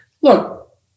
look